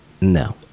no